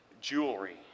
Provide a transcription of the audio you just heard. jewelry